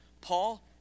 Paul